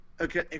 Okay